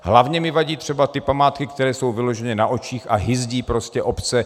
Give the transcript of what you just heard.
Hlavně mi vadí třeba ty památky, které jsou vyloženě na očích a hyzdí prostě obce.